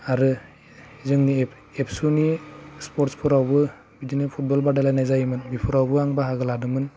आरो जोंनि एबसुनि स्पर्टसफोरावबो बिदिनो फुटबल बादायलाय जायोमोन बेफोरावबो आं बाहागो लादोंमोन